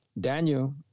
Daniel